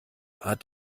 hat